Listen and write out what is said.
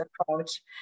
approach